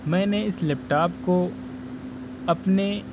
میں نے اس لیپ ٹاپ کو اپنے